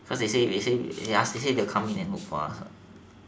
cause they say they say ya they say they will come in and look for us what